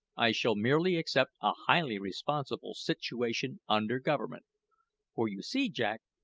i shall merely accept a highly responsible situation under government for you see, jack,